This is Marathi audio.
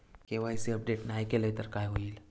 के.वाय.सी अपडेट नाय केलय तर काय होईत?